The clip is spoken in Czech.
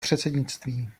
předsednictví